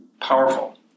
powerful